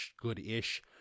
good-ish